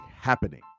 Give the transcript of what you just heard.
happening